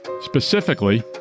Specifically